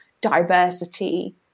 diversity